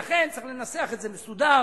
לכן צריך לנסח את זה מסודר,